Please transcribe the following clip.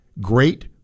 great